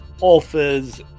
offers